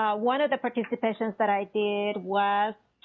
one of the participations that i did was